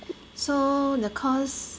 so the course